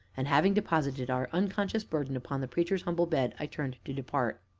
and, having deposited our unconscious burden upon the preacher's humble bed, i turned to depart.